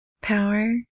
power